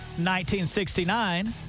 1969